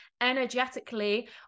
energetically